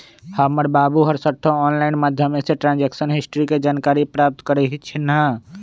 हमर बाबू हरसठ्ठो ऑनलाइन माध्यमें से ट्रांजैक्शन हिस्ट्री के जानकारी प्राप्त करइ छिन्ह